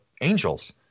Angels